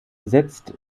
setzt